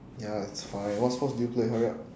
ya it's fine what sports do you play hurry up